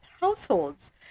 households